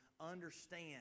understand